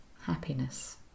happiness